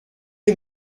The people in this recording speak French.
est